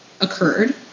occurred